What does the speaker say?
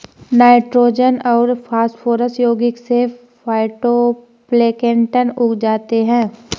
nitrogen और phosphorus यौगिक से फाइटोप्लैंक्टन उग जाते है